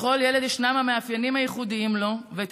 לכל ילד ישנם המאפיינים הייחודיים לו ואת